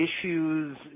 issues